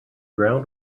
ground